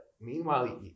meanwhile